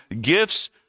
gifts